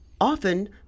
often